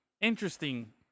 interesting